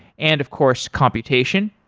and of course, computation.